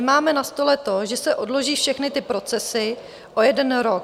Máme na stole to, že se odloží všechny ty procesy o jeden rok.